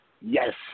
Yes